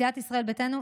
סיעת ישראל ביתנו,